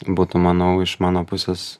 būtų manau iš mano pusės